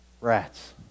rats